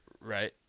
Right